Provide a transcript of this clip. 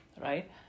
Right